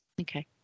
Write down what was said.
Okay